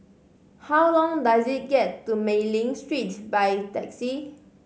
how long does it get to Mei Ling Street by taxi